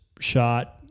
shot